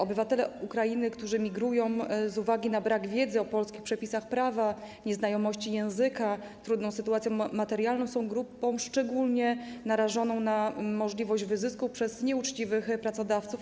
Obywatele Ukrainy, którzy migrują, z uwagi na brak wiedzy o polskich przepisach prawa, nieznajomość języka i trudną sytuację materialną są grupą szczególnie narażoną na możliwość wyzysku przez nieuczciwych pracodawców.